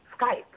Skype